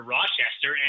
Rochester